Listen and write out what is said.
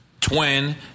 twin